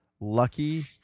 lucky